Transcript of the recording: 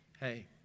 Hey